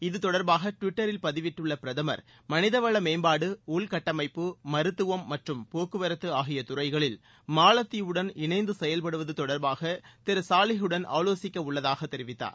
இத்தொடர்பாக டுவிட்டரில் பதிவிட்டுள்ள பிரதமர் மனிதவள மேம்பாடு உள்கட்டமைப்பு மருத்துவம் மற்றும் போக்குவரத்து ஆகிய துறைகளில் மாலத்தீவுடன் இணைந்து செயல்படுவது தொடர்பாக திரு சோலேஹ் வுடன் ஆலோசிக்கவுள்ளதாக தெரிவித்தார்